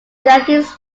yankees